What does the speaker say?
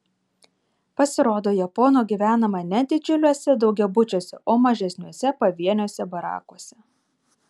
pasirodo japonų gyvenama ne didžiuliuose daugiabučiuose o mažesniuose pavieniuose barakuose